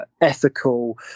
ethical